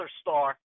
star